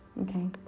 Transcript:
Okay